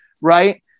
right